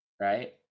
right